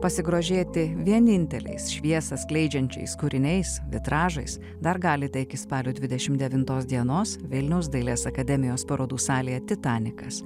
pasigrožėti vieninteliais šviesą skleidžiančiais kūriniais vitražais dar galite iki spalio dvidešimt devintos dienos vilniaus dailės akademijos parodų salėje titanikas